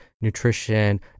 nutrition